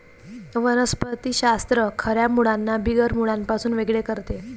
वनस्पति शास्त्र खऱ्या मुळांना बिगर मुळांपासून वेगळे करते